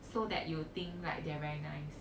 so that you think like they're very nice